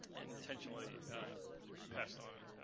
and intentionally passed on,